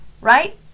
right